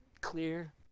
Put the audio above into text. clear